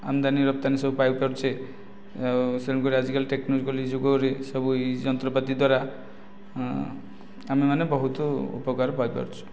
ଆମଦାନୀ ରପ୍ତାନି ସବୁ ପାଇ ପାରୁଛେ ଆଉ ତେଣୁକରି ଆଜିକାଲି ଟେକ୍ନୋଲୋଜିକାଲି ଯୁଗରେ ସବୁ ଏହି ଯନ୍ତ୍ରପାତି ଦ୍ୱାରା ଆମେ ମାନେ ବହୁତ ଉପକାର ପାଇ ପାରୁଛୁ